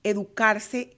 Educarse